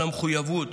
על המחויבות,